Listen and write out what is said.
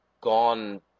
gone